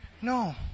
No